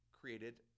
created